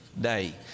day